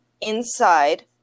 inside